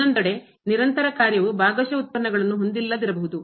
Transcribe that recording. ಇನ್ನೊಂದೆಡೆ ನಿರಂತರ ಕಾರ್ಯವು ಭಾಗಶಃ ಉತ್ಪನ್ನಗಳನ್ನು ಹೊಂದಿಲ್ಲದಿರಬಹುದು